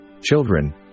Children